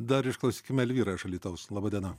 dar išklausykime elvyra iš alytaus laba diena